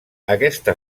aquesta